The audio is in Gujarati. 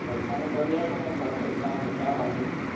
પૈસાનું કરી આપું ને સર પૈસા માટે ક્યાં વાંધો જ છે